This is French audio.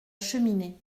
cheminée